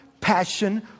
passion